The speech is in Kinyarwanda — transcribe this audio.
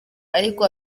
ariko